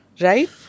Right